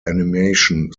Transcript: animation